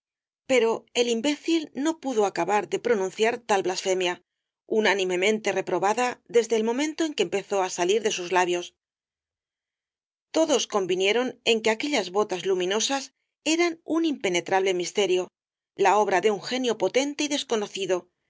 pero el imbécil no pudo acabar de pronunciar tal blasfemia unánimemente reprobada desde el momento en que empezó á salir de sus labios todos convinieron en que aquellas botas luminosas eran un impenetrable misterio la obra de un genio potente y desconocido